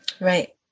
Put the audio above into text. Right